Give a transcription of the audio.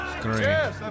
great